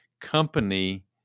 company